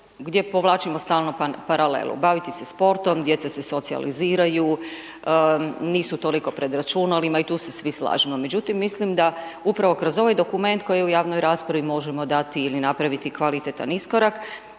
gdje povlačimo stalno paralelu, baviti se sportom, djeca se socijaliziraju, nisu toliko pred računalima, i tu se svi slažemo. Međutim, mislim da upravo kroz ovaj dokument koji u javnoj raspravi možemo dati ili napraviti kvalitetan iskorak